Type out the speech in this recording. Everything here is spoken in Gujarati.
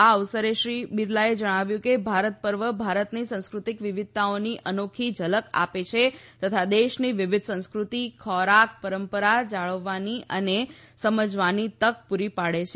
આ અવસરે શ્રી બિરલાએ જણાવ્યું કે ભારત પર્વ ભારતની સાંસ્કૃતિક વિવિધતાની અનોખી ઝલક આપે છે તથા દેશની વિવિધ સંસ્કૃતિ ખોરાક પરંપરા જણાવાની અને સમજવાની તક પૂરી પાડે છે